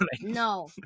No